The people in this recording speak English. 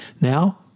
Now